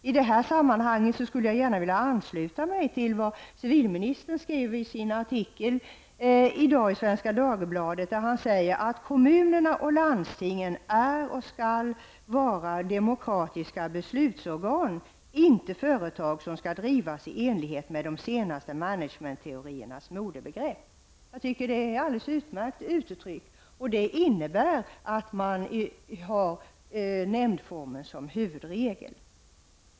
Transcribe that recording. I detta sammanhang vill jag gärna ansluta mig till vad civilministern skriver i sin artikel i Svenska Dagbladet i dag, där han säger: ''Kommunerna och landstingen är och skall vara demokratiska beslutsorgan, inte företag som skall drivas i enighet med de senaste managementteoriernas modebegrepp.'' Jag tycker att detta är alldeles utmärkt uttryckt. Det innebär att man har nämndformen såsom huvudregel.